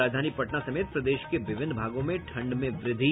और राजधानी पटना समेत प्रदेश के विभिन्न भागों में ठंड में वृद्धि